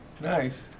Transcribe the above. Nice